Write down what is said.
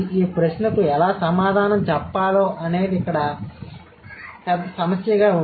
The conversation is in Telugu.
ఈ ప్రశ్నకు ఎలా సమాధానం చెప్పాలో అనేది ఇక్కడ సమస్యగా వుంది